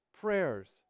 prayers